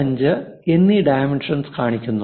45 എന്നീ ഡൈമെൻഷൻസ് കാണിക്കുന്നു